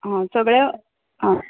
आ सगळें आ